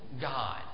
God